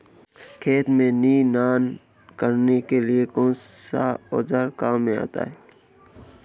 खेत में निनाण करने के लिए कौनसा औज़ार काम में आता है?